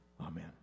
Amen